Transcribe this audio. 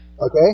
Okay